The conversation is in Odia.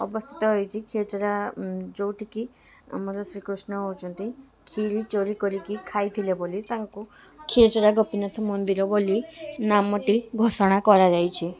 ଅବସ୍ଥିତ ହେଇଛି କ୍ଷୀରଚୋରା ଯେଉଁଟି କି ଆମର ଶ୍ରୀକୃଷ୍ଣ ହେଉଛନ୍ତି କ୍ଷୀରି ଚୋରି କରିକି ଖାଇଥିଲେ ବୋଲି ତାଙ୍କୁ କ୍ଷୀରଚୋରା ଗୋପୀନାଥ ମନ୍ଦିର ବୋଲି ନାମଟି ଘୋଷଣା କରାଯାଇଛି